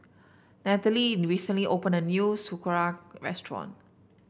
Nathaly recently opened a new Sauerkraut restaurant